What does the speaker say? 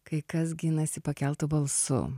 kai kas ginasi pakeltu balsu